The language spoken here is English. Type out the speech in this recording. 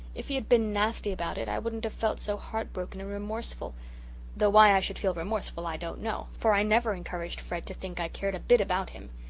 if he had been nasty about it i wouldn't have felt so heartbroken and remorseful though why i should feel remorseful i don't know, for i never encouraged fred to think i cared a bit about him.